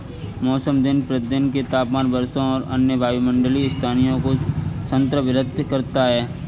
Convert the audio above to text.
मौसम दिन प्रतिदिन के तापमान, वर्षा और अन्य वायुमंडलीय स्थितियों को संदर्भित करता है